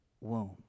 womb